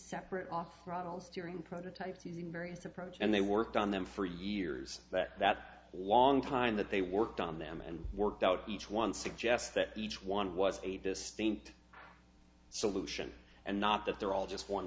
separate off rivals during prototypes using various approach and they worked on them for years that that long time that they worked on them and worked out each one suggests that each one was a distinct so lucian and not that they're all just one